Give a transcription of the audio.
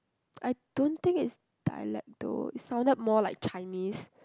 I don't think it's dialect though it sounded more like Chinese